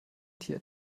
tier